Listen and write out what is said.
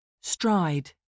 Stride